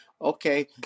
okay